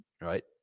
right